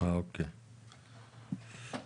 רוצה להתחיל עם הייעוץ המשפטי,